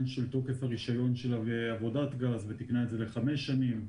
של תוקף הרישיון ותיקנה את זה לחמש שנים.